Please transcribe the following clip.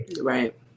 Right